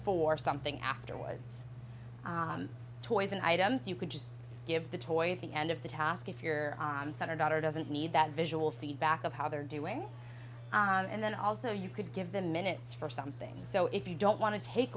for something afterwards toys and items you could just give the toy the end of the task if your son or daughter doesn't need that visual feedback of how they're doing and then also you could give them minutes for something so if you don't want to take